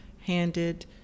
handed